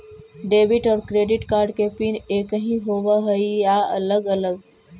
Debit और credit card के PIN एकही होव हइ या अलग अलग?